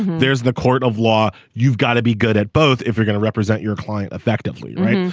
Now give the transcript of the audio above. there's the court of law. you've got to be good at both. if you're gonna represent your client effectively right.